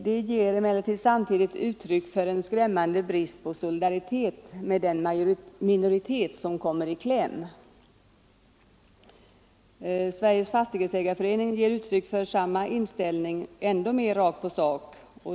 Det ger emellertid samtidigt uttryck för en skrämmande brist på solidaritet med den minoritet som kommer i kläm. Sveriges fastighetsägareförbund ger uttryck för samma inställning ändå mer rakt på sak.